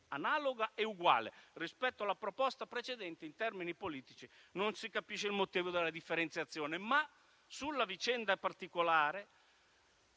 esattamente identica alla proposta precedente, in termini politici non si capisce il motivo della differenziazione. Sulla vicenda particolare